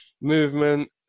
movement